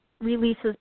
releases